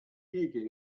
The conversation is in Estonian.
keegi